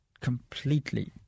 completely